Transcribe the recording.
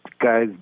Guys